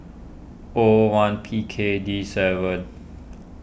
O one P K D seven